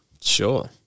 sure